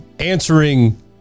Answering